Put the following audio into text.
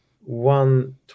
one